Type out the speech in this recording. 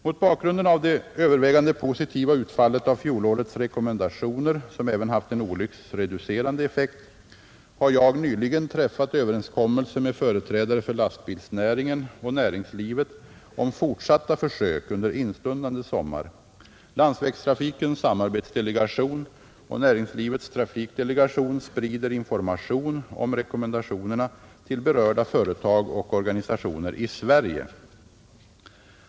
Mot bakgrunden av det övervägande positiva utfallet av fjolårets rekommendationer — som även haft en olycksreducerande effekt — har jag nyligen träffat överenskommelse med företrädare för lastbilsnäringen och näringslivet om fortsatta försök under instundande sommar. Landsvägstrafikens samarbetsdelegation och Näringslivets trafikdelegation sprider information om rekommendationerna till berörda företag och organisationer i Sverige.